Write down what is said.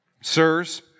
sirs